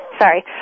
Sorry